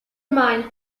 mine